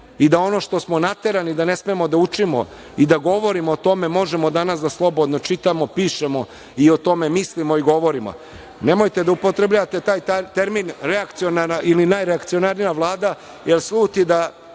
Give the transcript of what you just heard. i da ono što smo naterani da ne smemo da učimo i da govorimo o tome, možemo danas da slobodno čitamo, pišemo i o tome mislimo i govorimo. Nemojte da upotrebljavate taj termin reakciona ili najreakcionarnija Vlada, jer sluti da